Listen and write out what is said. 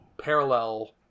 parallel